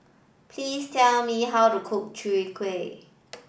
please tell me how to cook Chwee Kueh